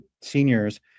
seniors